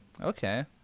Okay